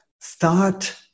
start